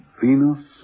Venus